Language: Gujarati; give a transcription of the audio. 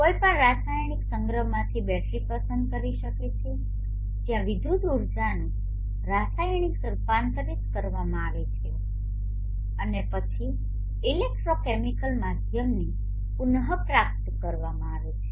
કોઈ પણ રાસાયણિક સંગ્રહમાંથી બેટરી પસંદ કરી શકે છે જ્યાં વિદ્યુત ઉર્જાનુ રાસાયણિક રૂપાંતરિત કરવામાં આવે છે અને પછી ઇલેક્ટ્રોકેમિકલ માધ્યમથી પુનપ્રાપ્ત કરવામાં આવે છે